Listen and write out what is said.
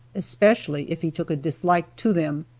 especially if he took a dislike to them.